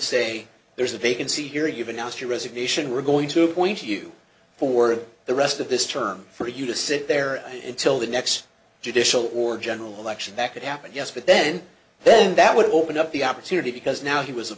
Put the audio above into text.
say there's a vacancy here you've announced your resignation we're going to appoint you for the rest of this term for you to sit there and till the next judicial or general election that could happen yes but then then that would open up the opportunity because now he was a